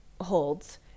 holds